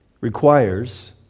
requires